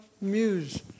Muse